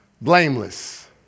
Blameless